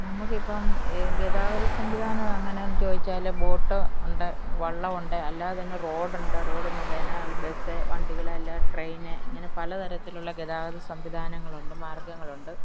നമുക്ക് ഇപ്പോള് ഗതാഗത സംവിധാനം എങ്ങനാണെന്ന് ചോദിച്ചാല് ബോട്ട് ഉണ്ട് വള്ളമുണ്ട് അല്ലാതെ തന്നെ റോഡുണ്ട് റോഡ് മുഖേന അല്ലെങ്കില് ബസ്സ് വണ്ടികള് അല്ലെങ്കില് ട്രെയിന് ഇങ്ങനെ പലതരത്തിലുള്ള ഗതാഗത സംവിധാനങ്ങളുണ്ട് മാർഗങ്ങളുണ്ട്